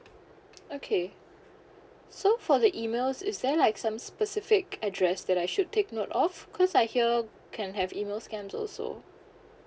okay so for the emails is there like some specific address that I should take note of cause I hear can have email scam also